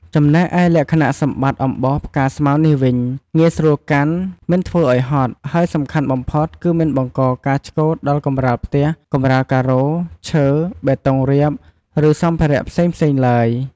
ចំណែកឯលក្ខណៈសម្បត្តិអំបោសផ្កាស្មៅនេះវិញ ងាយស្រួលកាន់ មិនធ្វើឲ្យហត់ ហើយសំខាន់បំផុតគឺមិនបង្កការឆ្កូតដល់កម្រាលផ្ទះ កម្រាលការ៉ូ ឈើ បេតុងរាប ឬសម្ភារៈផ្សេងៗឡើយ។